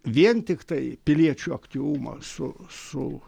vien tiktai piliečių aktyvumą su su